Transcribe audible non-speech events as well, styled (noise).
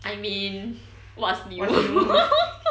I mean what's new (laughs)